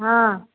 हँ